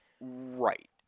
Right